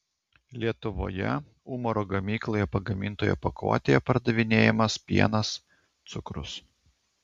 lietuvoje umaro gamykloje pagamintoje pakuotėje pardavinėjamas pienas cukrus